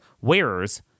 wearers